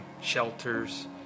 shelters